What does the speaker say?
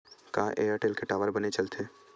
का एयरटेल के टावर बने चलथे?